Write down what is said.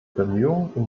bemühungen